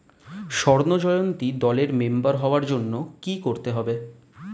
স্বর্ণ জয়ন্তী দলের মেম্বার হওয়ার জন্য কি করতে হবে?